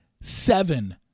seven